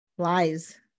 Lies